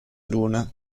luna